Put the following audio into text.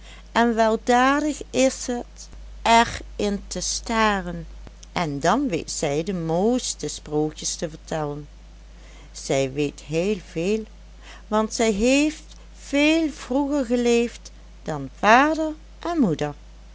en weldadig is het er in te staren en dan weet zij de mooiste sprookjes te vertellen zij weet heel veel want zij heeft veel vroeger geleefd dan vader en moeder